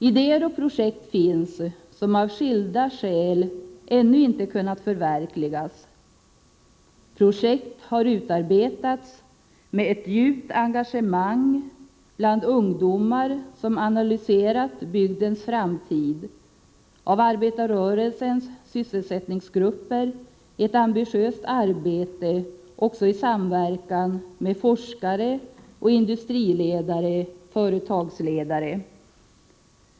Idéer och projekt finns som av skilda skäl ännu inte kunnat förverkligas. Projekt har utarbetats med ett djupt engagemang bland ungdomar som analyserat bygdens framtid och av arbetarrörelsens sysselsättningsgrupper i ett ambitiöst arbete i samverkan även med forskare, industriledare och företagsledare.